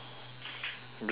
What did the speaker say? bless you too